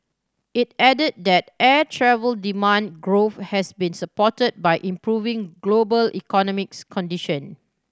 it added that air travel demand growth has be supported by improving global economics condition